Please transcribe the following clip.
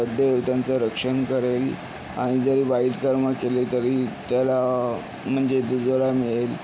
देव त्यांचं रक्षण करेल आणि जरी वाईट कर्म केले तरी त्याला म्हणजे दुजोरा मिळेल